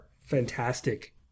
fantastic